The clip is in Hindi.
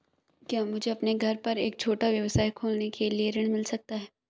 क्या मुझे अपने घर पर एक छोटा व्यवसाय खोलने के लिए ऋण मिल सकता है?